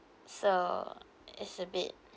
so it's a bit